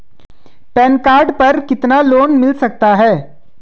Pan card पर कितना loan मिल सकता है?